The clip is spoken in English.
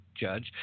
judge